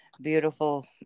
beautiful